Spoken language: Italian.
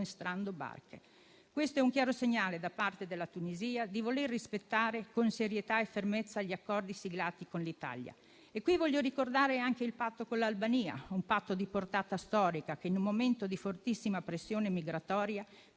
sequestrando barche. Questo è un chiaro segnale da parte della Tunisia di voler rispettare con serietà e fermezza gli accordi siglati con l'Italia. Voglio ricordare in questa sede anche il patto con l'Albania; un patto di portata storica che, in un momento di fortissima pressione migratoria,